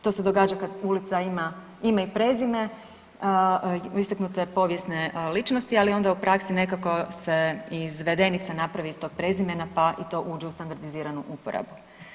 To se događa kad ulica ima ime i prezime istaknule povijesne ličnosti, ali onda u praksi nekako se izvedenica napravi iz tog prezimena pa i to uđe u standardiziranu uporabu.